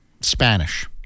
Spanish